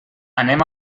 anem